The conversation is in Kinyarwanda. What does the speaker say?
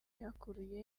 byakuruye